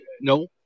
No